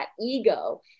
ego